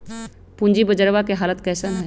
पूंजी बजरवा के हालत कैसन है?